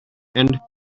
and